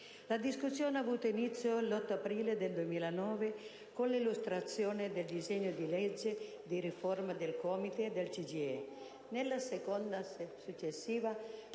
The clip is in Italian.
La discussione ha avuto inizio l'8 aprile 2009 con l'illustrazione dei disegni di legge di riforma dei COMITES e del CGIE. Nella seduta successiva